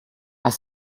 are